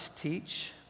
teach